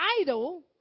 idol